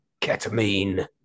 ketamine